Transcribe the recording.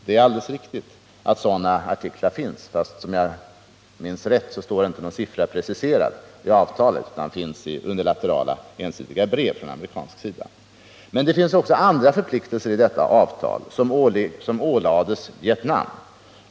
Det är alldeles riktigt att sådana artiklar finns, men om jag minns rätt finns det inte preciserat några siffror i avtalet, utan de finns i unilaterala, ensidiga, brev från amerikansk sida. Men det finns också andra förpliktelser i detta avtal som ålades Vietnam.